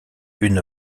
une